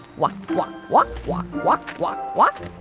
walk, walk, walk, walk, walk, walk, walk